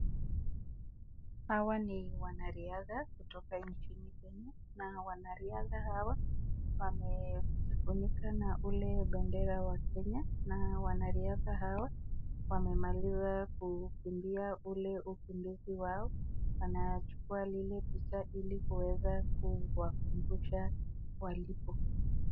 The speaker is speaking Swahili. Hawa ni wanariadha kutoka nchini Kenya na wanariadha hawa wamejifunika na ule bendera wa Kenya na wanariadha hawa wamemaliza kukimbia ule ukimbizi wao . Wanachukua lile picha ili kuweza kuwakumbusha walipo.